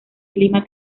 clima